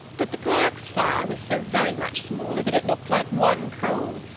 but the clerk's fire was so very much smaller that it looked like one coal.